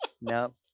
Nope